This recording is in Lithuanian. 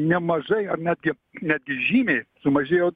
nemažai ar netgi netgi žymiai sumažėjo